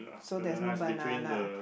so there is no banana